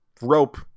rope